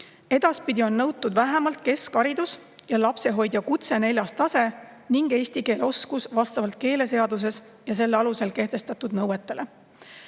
Edaspidi on nõutud vähemalt keskharidus ja lapsehoidja kutse IV tase ning eesti keele oskus vastavalt keeleseaduses ja selle alusel kehtestatud nõuetele.